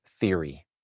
theory